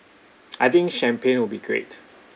I think champagne will be great